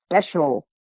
special